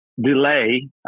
delay